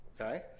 Okay